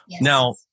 Now